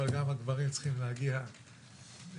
אבל גם הגברים צריכים להגיע בביטחון